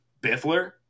biffler